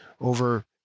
over